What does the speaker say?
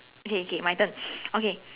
okay okay my turn okay